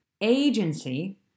agency